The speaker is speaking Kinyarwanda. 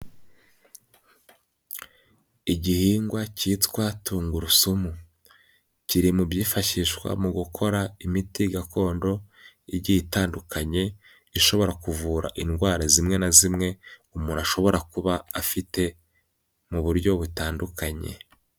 Igihingwa cyitwa tungurusumu kiri mu byifashishwa mu gukora imiti gakondo igiye itandukanye ishobora kuvura indwara zimwe na zimwe umuntu ashobora kuba afite mu buryo butandukanye.